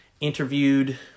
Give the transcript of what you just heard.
interviewed